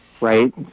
right